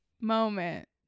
Moment